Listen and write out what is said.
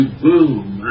boom